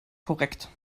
korrekt